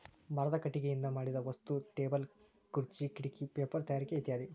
ಮರದ ಕಟಗಿಯಿಂದ ಮಾಡಿದ ವಸ್ತು ಟೇಬಲ್ ಖುರ್ಚೆ ಕಿಡಕಿ ಪೇಪರ ತಯಾರಿಕೆ ಇತ್ಯಾದಿ